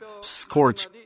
scorch